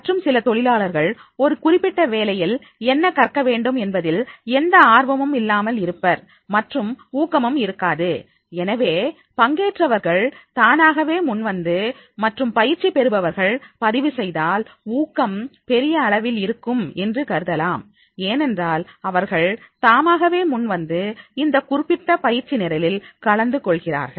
மற்றும் சில தொழிலாளர்கள் ஒரு குறிப்பிட்ட வேலையில் என்ன கற்க வேண்டும் என்பதில் எந்த ஆர்வமும் இல்லாமல் இருப்பர் மற்றும் ஊக்கமும் இருக்காது எனவே பங்கேற்பவர்கள் தானாகவே முன்வந்து மற்றும் பயிற்சி பெறுபவர்கள் பதிவு செய்தால் ஊக்கம் பெரிய நிலையில் இருக்கும் என்று கருதலாம் ஏனென்றால் அவர்கள் தாமாகவே முன்வந்து இந்த குறிப்பிட்ட பயிற்சி நிரலில் கலந்து கொள்கிறார்கள்